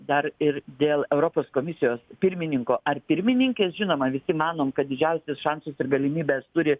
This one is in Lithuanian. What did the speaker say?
dar ir dėl europos komisijos pirmininko ar pirmininkės žinoma visi manom kad didžiausius šansus ir galimybes turi